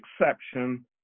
exception